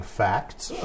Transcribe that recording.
facts